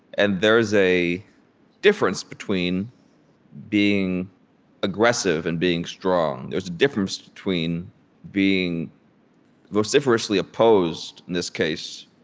and there is a difference between being aggressive and being strong. there's a difference between being vociferously opposed, in this case,